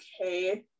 okay